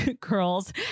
girls